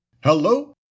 hello